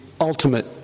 ultimate